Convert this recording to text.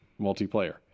Multiplayer